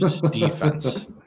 defense